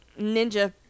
ninja